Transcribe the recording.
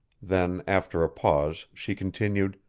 then after a pause, she continued